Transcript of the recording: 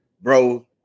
Bro